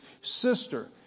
sister